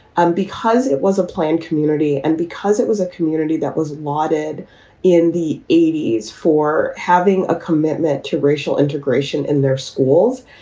and because it was a planned community and because it was a community that was lauded in the eighty s for having a commitment to racial integration in their schools,